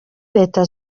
leta